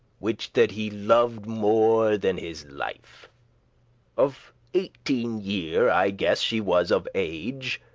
which that he loved more than his life of eighteen year, i guess, she was of age.